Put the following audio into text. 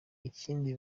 ikindi